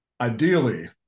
ideally